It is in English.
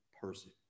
person